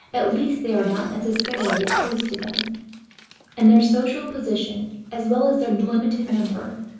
at least they are not necessarily opposed to them and their social position, as well as their limited number,